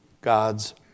God's